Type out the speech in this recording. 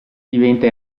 diventa